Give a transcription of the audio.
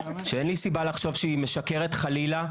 שאין לי סיבה לחשוב שהיא משקרת חלילה,